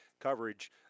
Coverage